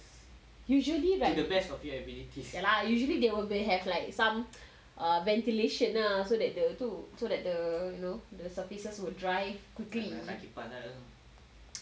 usually ya lah usually they will they have like some uh ventilation lah so that the tu so that the you know the surfaces would dry quickly